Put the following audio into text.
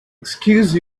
excuse